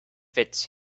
fits